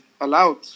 Allowed